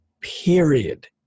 period